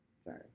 sorry